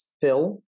fill